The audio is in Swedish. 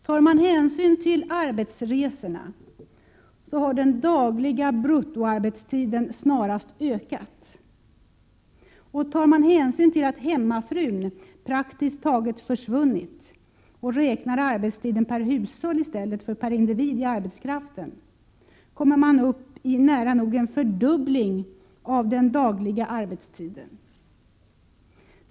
Tar man hänsyn till arbetsresorna, har den dagliga bruttoarbetstiden snarast ökat. Och tar man hänsyn till att hemmafrun praktiskt taget har försvunnit och räknar man arbetstiden per hushåll i stället för per individ i arbetskraften, kommer man upp i nära nog en fördubbling av den dagliga arbetstiden.